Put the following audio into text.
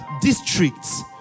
districts